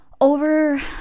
over